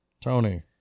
TONY